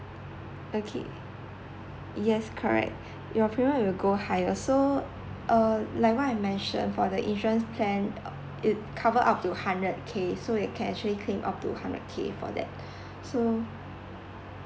okay yes correct your payment will go higher so uh like I mentioned for the insurance plan it covered up to hundred K so it can actually claim up for that so